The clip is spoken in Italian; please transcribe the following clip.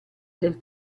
del